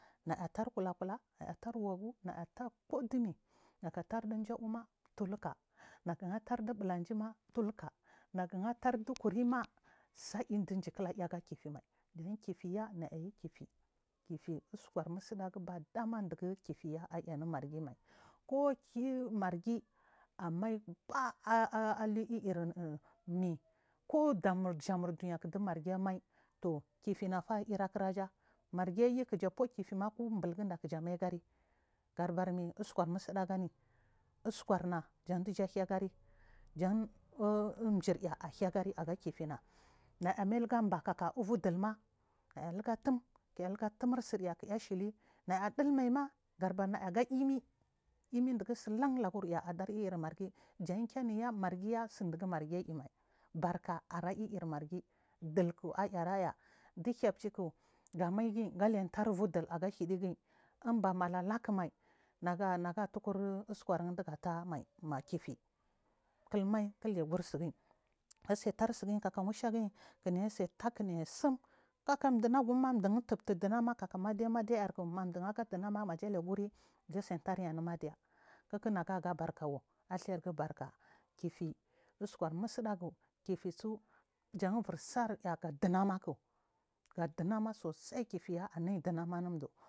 Neyater kulakula nayatar wagunaga tarkudumi negaterɗi injiuma nega haterdi ubulanjima naguhatardu dun ukunima saichijikira ɗukefimai dun kefiya naya ikirfi kifi uskur munagu badama ɗigu kifiya ayanu meergimai kkuvumargi a mai baa lur iir kuchamu jam ɗuniyak ɗimargi maitur kifinafa ira kir aja margiyi kijafe kifima akumblu igida kiyama gari gadabarmi uskur musa gunai uskurnajam ɗijashiy gari jam girya ahygar i agakifina naya main gaba kekon ullhudulma naya liga latum sirya ashiw naya chi maima gadabarna yaga mi imi duga sulan ulagur ya tan kenuya margiya tsuɗugu margi any mai barka are iir margi dilk ayiraya ɗihainy chukm aigi galetar uige uvidil aga hidigr mbamala lekuba nega tuk ur uskadiga talumai in bakifimai kil mai gaziya gur tsigiy kakak muswagi kiya sews tah gatsum kakka chinaguma ɗutuftudy nama kaka meɗiyark maɗuaga ɗumama majasagur gateryi anumadiya naga narka wu asaigu barka kifi uskur munagu jambursayer cumama k ɗunama sosai koffya anry ɗanama numdu.